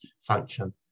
function